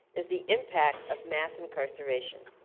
is the impact of mass incarceration.